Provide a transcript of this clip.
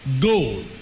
gold